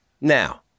Now